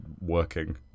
working